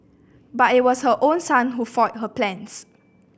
but it was her own son who foiled her plans